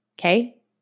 Okay